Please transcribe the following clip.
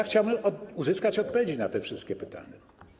Chciałbym uzyskać odpowiedzi na te wszystkie pytania.